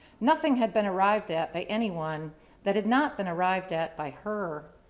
nothing had been arrived at by anyone that had not been arrived at by her.